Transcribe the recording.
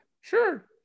Sure